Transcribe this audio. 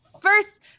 first